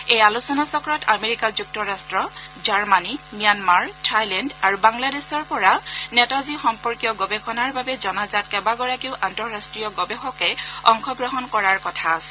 এই আলোচনাচক্ৰত আমেৰিকা যুক্তৰাট্ট জাৰ্মনী ম্যানমাৰ থাইলেণ্ড আৰু বাংলাদেশৰ পৰা নেতাজী সম্পৰ্কীয় গৱেষণাৰ বাবে জনাজাত কেইবগৰাকীও আন্তঃৰাষ্ট্ৰীয় গৱেষকে অংশগ্ৰহণ কৰাৰ কথা আছে